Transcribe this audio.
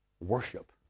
worship